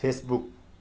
Facebook